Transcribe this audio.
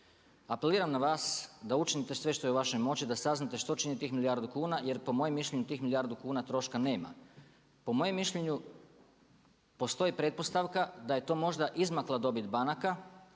Apeliram na vas da učinite sve što je u vašoj moći da saznate što čini tih milijardu kuna jer po mom mišljenju tih milijardu kuna troška nema. Po mojem mišljenju postoji pretpostavka da je to možda izmakla dobit banaka